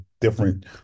different